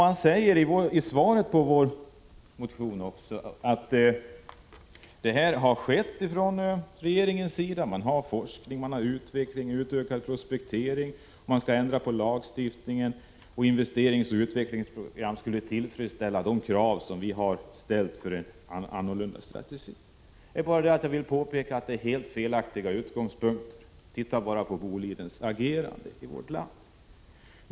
Med anledning av vår motion pekar utskottet på vad som skett i form av forskning, utveckling och utökad prospektering och hänvisar till att lagstiftningen skall ändras och att investeringsoch utvecklingsprogram bör tillgodose de krav på en ändrad strategi som vi har ställt. Det är bara det att beskrivningen görs från helt felaktiga utgångspunkter. Se bara på Bolidens agerande i vårt land!